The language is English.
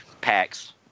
packs